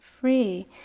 free